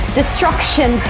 destruction